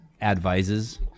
advises